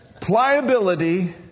Pliability